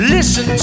Listen